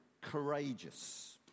courageous